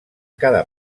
cada